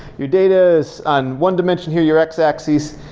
your data is on one dimension here your x-axis,